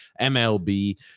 MLB